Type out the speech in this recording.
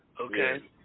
okay